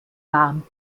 warm